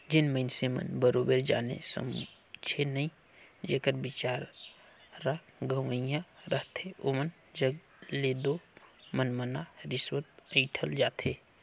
जेन मइनसे मन बरोबेर जाने समुझे नई जेकर बिचारा गंवइहां रहथे ओमन जग ले दो मनमना रिस्वत अंइठल जाथे